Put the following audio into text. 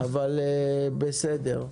בסדר.